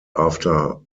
after